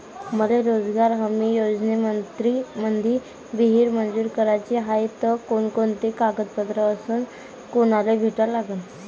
मले रोजगार हमी योजनेमंदी विहीर मंजूर कराची हाये त कोनकोनते कागदपत्र अस कोनाले भेटा लागन?